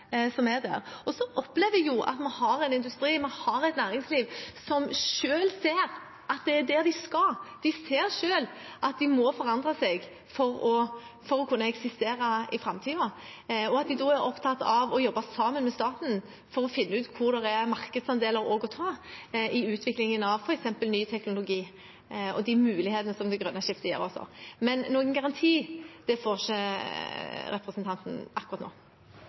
opplever at vi har en industri og et næringsliv som selv ser at det er dit de skal. De ser selv at de må forandre seg for å kunne eksistere i framtiden, og de er opptatt av å jobbe sammen med staten for å finne ut hvor det er markedsandeler å ta i utviklingen av f.eks. ny teknologi og de mulighetene som det grønne skiftet også gir. Men noen garanti får ikke representanten akkurat nå.